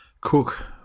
Cook